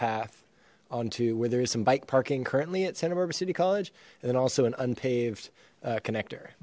path onto where there is some bike parking currently at santa barbara city college and then also an unpaved connector